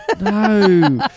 no